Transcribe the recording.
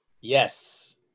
Yes